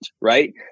right